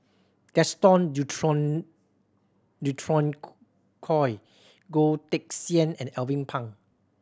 Gaston Dutronquoy Goh Teck Sian and Alvin Pang